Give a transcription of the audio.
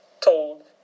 told